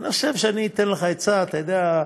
אני חושב שאני אתן לך עצה, אתה יודע,